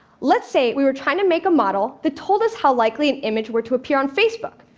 let's say we were trying to make a model that told us how likely an image were to appear on facebook.